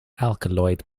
alkaloid